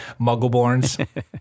Muggleborns